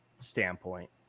standpoint